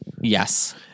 Yes